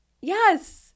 Yes